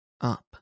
up